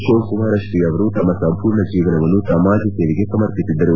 ಶಿವಕುಮಾರ ಶ್ರೀ ಅವರು ತಮ್ನ ಸಂಪೂರ್ಣ ಜೀವನವನ್ನು ಸಮಾಜ ಸೇವೆಗೆ ಸಮರ್ಪಿಸಿದ್ದರು